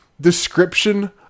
description